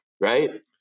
Right